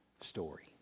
story